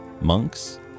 monks